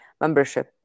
membership